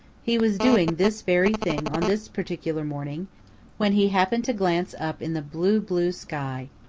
he was doing this very thing on this particular morning when he happened to glance up in the blue, blue sky.